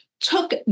took